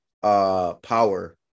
Power